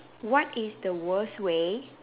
what is the worst way